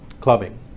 Clubbing